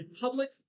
public